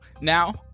Now